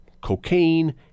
cocaine